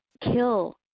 kill